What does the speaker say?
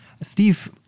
Steve